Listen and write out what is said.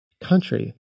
country